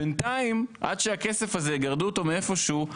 בינתיים עד שהכסף הזה יגרדו אותו איפשהו,